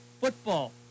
football